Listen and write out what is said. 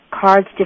cards